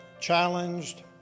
challenged